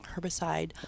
herbicide